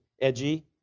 edgy